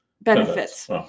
benefits